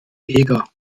eger